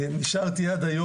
נשארתי עד היום